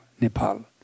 Nepal